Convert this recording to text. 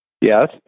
Yes